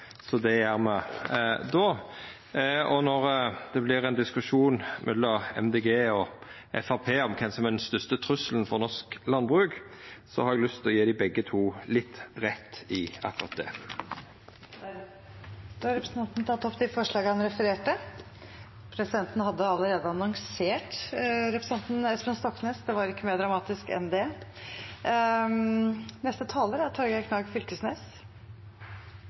så det gjer me då. Når det vert ein diskusjon mellom Miljøpartiet Dei Grøne og Framstegspartiet om kven som er den største trusselen for norsk landbruk, har eg lyst til å gje dei begge to litt rett i akkurat det. Representanten Geir Pollestad har tatt opp de forslagene han refererte til. Presidenten hadde allerede annonsert representanten Per Espen Stoknes, det var ikke mer dramatisk enn det. Det vi har til behandling no, er